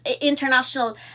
international